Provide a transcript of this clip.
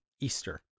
Easter